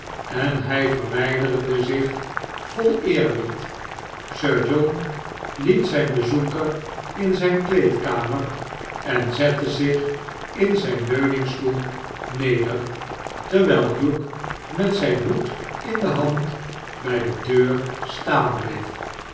en hij verwijderde zich vol eerbied sir johnliet zijn bezoeker in zijne kleedkamer en zette zich in zijn leuningstoel neder terwijl hugh met zijn hoed in de hand bij de deur staan bleef